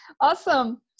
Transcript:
Awesome